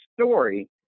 story